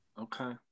okay